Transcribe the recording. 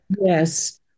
yes